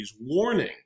warning